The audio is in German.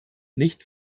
nicht